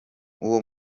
uyu